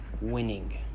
winning